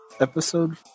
Episode